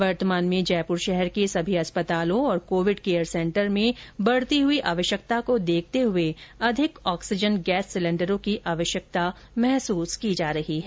वर्तमान में जयपुर शहर के सभी अस्पतालों और कोविड केयर सेंटर में बढती हुई आवश्यकता के मद्देनजर अधिक ऑक्सीजन गैस सिलेण्डरों की आवश्यकता महसूस की जा रही है